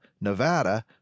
Nevada